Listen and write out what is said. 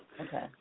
Okay